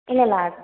இல்லை இல்லை ஆ